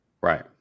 Right